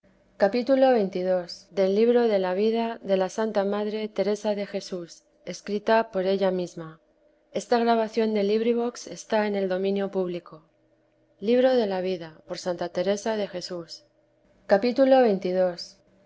de jesús tomo i vida de ía santa madre teresa de jesús escrita por ella misma pro